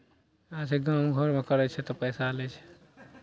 उएह छै गाँव घरमे करै छै तऽ पैसा लै छै